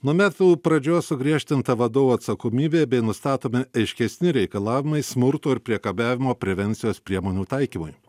nuo metų pradžios sugriežtinta vadovų atsakomybė bei nustatomi aiškesni reikalavimai smurto ir priekabiavimo prevencijos priemonių taikymui